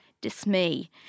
dismay